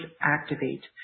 activate